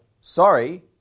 sorry